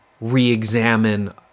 re-examine